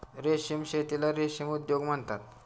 रेशीम शेतीला रेशीम उद्योग म्हणतात